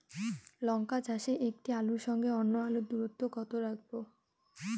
লঙ্কা চাষে একটি আলুর সঙ্গে অন্য আলুর দূরত্ব কত রাখবো?